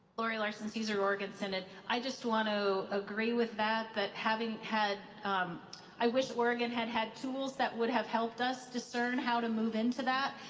lori larson caesar, oregon synod. i just want to agree with that, that having had um i wish oregon had had tools that would have helped us discern how to move into that.